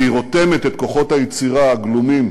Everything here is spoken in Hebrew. כי היא רותמת את כוחות היצירה הגלומים